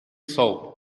soap